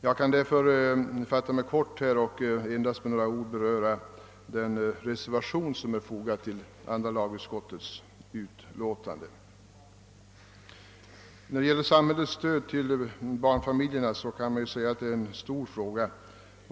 Jag kan därför fatta mig kort och skall endast med några ord beröra den reservation som är fogad vid andra lagutskottets utlåtande. Samhällets stöd till barnfamiljerna är en stor fråga.